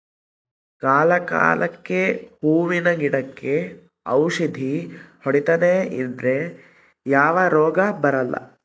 ಕಾಲ ಕಾಲಕ್ಕೆಹೂವಿನ ಗಿಡಕ್ಕೆ ಔಷಧಿ ಹೊಡಿತನೆ ಇದ್ರೆ ಯಾವ ರೋಗ ಬರಲ್ಲ